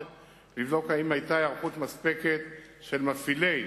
לבדוק אם היתה היערכות מספקת של מפעילי